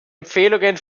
empfehlungen